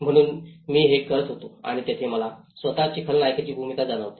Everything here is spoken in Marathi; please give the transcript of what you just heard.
म्हणून मी हे करत होतो आणि तिथे मला स्वतःमध्ये खलनायकाची भूमिकाही जाणवते